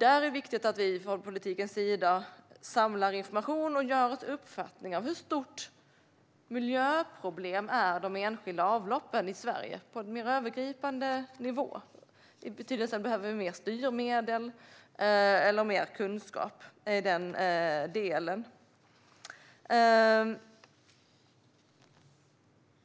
är det viktigt att vi från politikens sida samlar information och på en mer övergripande nivå bildar oss en uppfattning om hur stort miljöproblemet med de enskilda avloppen i Sverige är och ställer frågan: Behöver vi mer styrmedel eller mer kunskap i den delen?